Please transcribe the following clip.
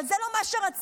אבל זה לא מה שרציתם,